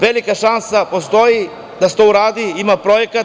Velika šansa postoji da se to uradi, ima projekat.